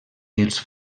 els